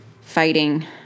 fighting